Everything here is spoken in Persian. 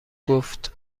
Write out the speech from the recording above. گفت